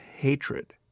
Hatred